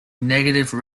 negative